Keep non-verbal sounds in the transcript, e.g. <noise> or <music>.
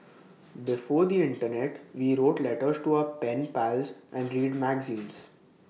<noise> before the Internet we wrote letters to our pen pals and read magazines